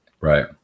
Right